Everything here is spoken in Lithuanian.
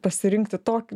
pasirinkti tok